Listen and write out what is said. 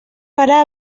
farà